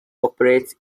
operates